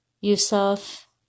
Yusuf